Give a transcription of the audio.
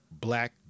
Black